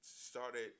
started